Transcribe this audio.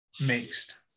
mixed